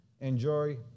enjoy